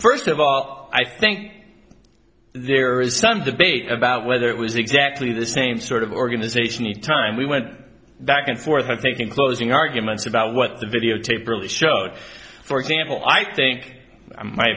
first of all i think there is some debate about whether it was exactly the same sort of organization the time we went back and forth i think in closing arguments about what the videotape really showed for example i think m